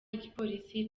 igipolisi